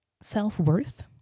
self-worth